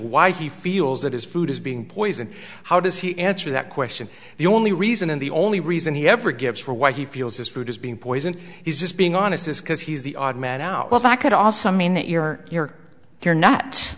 why he feels that his food is being poisoned how does he answer that question the only reason and the only reason he ever gives for why he feels this food is being poisoned he's just being honest because he's the odd man out well that could also mean that you're you're you're not